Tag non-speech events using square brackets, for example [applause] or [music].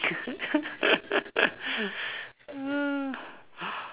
[laughs]